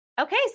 Okay